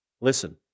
Listen